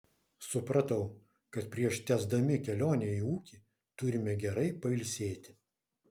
supratau kad prieš tęsdami kelionę į ūkį turime gerai pailsėti